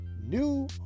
New